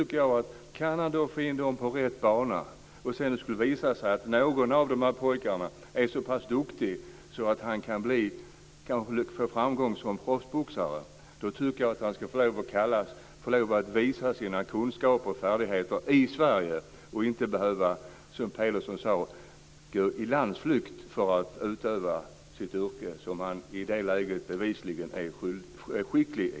Kan han få in dem på rätt bana och det sedan skulle visa sig att någon av pojkarna är så pass duktig att han kan få framgång som proffsboxare, då tycker jag att han ska få lov att visa sina kunskaper och färdigheter i Sverige och inte behöva, som Peter Pedersen sade, gå i landsflykt för att utöva sitt yrke som han i det läget bevisligen är skicklig i.